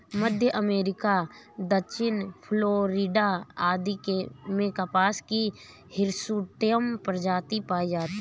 मध्य America, दक्षिणी Florida आदि में कपास की हिर्सुटम प्रजाति पाई जाती है